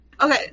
Okay